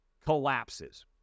collapses